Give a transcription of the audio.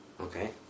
Okay